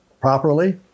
properly